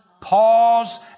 pause